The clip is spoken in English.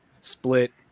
split